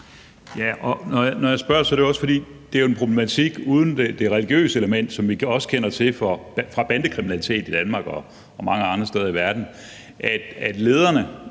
det er en problematik, uden det religiøse element, som vi også kender til fra bandekriminalitet i Danmark og mange andre steder i verden,